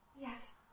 Yes